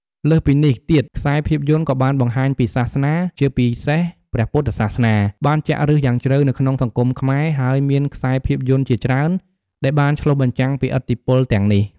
លើសពីនេះទៀតខ្សែភាពយន្តក៏បានបង្ហាញពីសាសនា ជាពិសេស ព្រះពុទ្ធសាសនា បានចាក់ឫសយ៉ាងជ្រៅនៅក្នុងសង្គមខ្មែរ ហើយមានខ្សែភាពយន្តជាច្រើនដែលបានឆ្លុះបញ្ចាំងពីឥទ្ធិពលទាំងនេះ ។